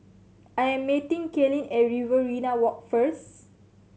I am meeting Kaylynn at Riverina Walk first